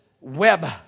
web